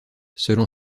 selon